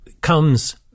comes